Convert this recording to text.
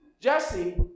Jesse